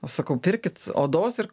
aš sakau pirkit odos ir